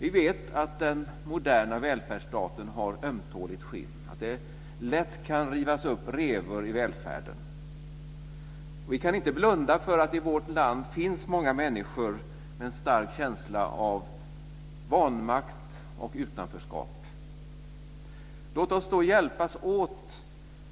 Vi vet att den moderna välfärdsstaten har ömtåligt skinn. Det kan lätt rivas upp revor i välfärden. Vi kan inte blunda för att det i vårt land finns många människor med en stark känsla av vanmakt och utanförskap. Låt oss då hjälpas åt